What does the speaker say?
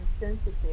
insensitive